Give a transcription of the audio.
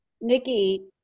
Nikki